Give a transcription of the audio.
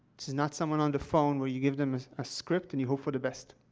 this is not someone on the phone, where you give them a a script and you hope for the best.